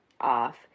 off